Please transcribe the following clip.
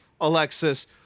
Alexis